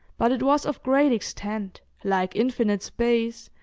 but it was of great extent, like infinite space,